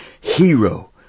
hero